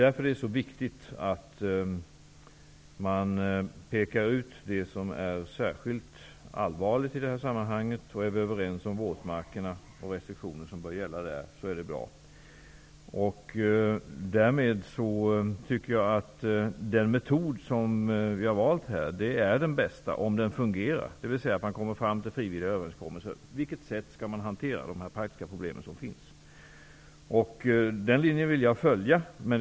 Därför är det så viktigt att man pekar ut det som är särskilt allvarligt i detta sammanhang. Är vi överens om vilka restriktioner som bör gälla beträffande våtmarkerna, är det bra. Den metod som vi har valt torde vara den bästa -- om den fungerar, dvs. att man når fram till frivilliga överenskommelser om på vilket sätt man skall hantera de praktiska problemen. Den linjen vill jag följa.